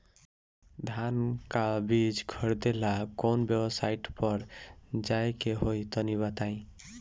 धान का बीज खरीदे ला काउन वेबसाइट पर जाए के होई तनि बताई?